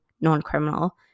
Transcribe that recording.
non-criminal